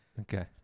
Okay